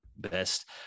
best